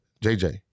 JJ